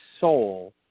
soul